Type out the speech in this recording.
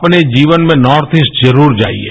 अपने जीवन में नार्थ ईस्ट जरुर जाइये